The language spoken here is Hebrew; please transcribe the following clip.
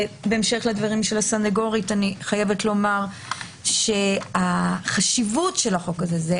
ובהמשך לדברי הסנגורית אני חייבת לומר שהחשיבות של החוק הזה,